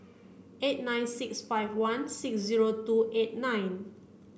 eight nine six five one six zero two eight nine